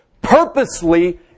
purposely